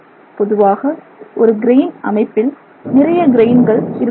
பொதுவாக ஒரு கிரெயின் அமைப்பில் நிறைய கிரெயின்கள் grains இருக்கக்கூடும்